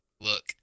look